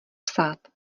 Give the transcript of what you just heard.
psát